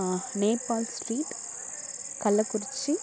ஆ Nepal street Kallakurichi